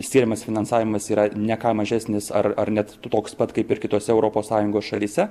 skiriamas finansavimas yra ne ką mažesnis ar ar net toks pat kaip ir kitose europos sąjungos šalyse